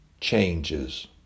changes